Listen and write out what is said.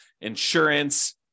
insurance